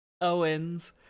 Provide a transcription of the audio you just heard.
Owens